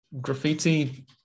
graffiti